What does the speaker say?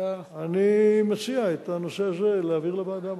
אני מציע את הנושא הזה להעביר לוועדה המתאימה.